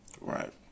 Right